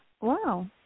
Wow